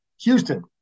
Houston